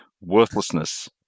worthlessness